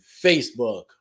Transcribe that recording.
Facebook